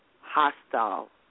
hostile